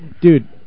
Dude